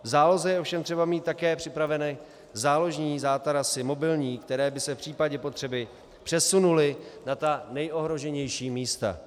V záloze je ovšem třeba mít také připraveny záložní zátarasy mobilní, které by se v případě potřeby přesunuli na ta nejohroženější místa.